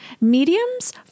Mediums